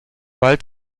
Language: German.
bald